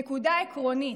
נקודה עקרונית,